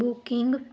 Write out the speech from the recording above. booking